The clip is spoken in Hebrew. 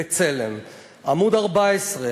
"בצלם"; עמוד 14,